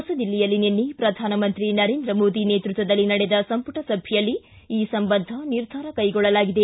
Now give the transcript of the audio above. ಹೊಸದಿಲ್ಲಿಯಲ್ಲಿ ನಿನ್ನೆ ಪ್ರಧಾನಮಂತ್ರಿ ನರೇಂದ್ರ ಮೋದಿ ನೇತೃತ್ವದಲ್ಲಿ ನಡೆದ ಸಂಪುಟ ಸಭೆಯಲ್ಲಿ ಈ ಸಂಬಂಧ ನಿರ್ಧಾರ ಕೈಗೊಳ್ಳಲಾಗಿದೆ